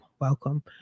welcome